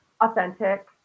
authentic